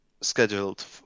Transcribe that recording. scheduled